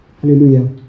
Hallelujah